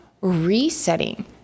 Resetting